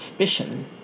suspicion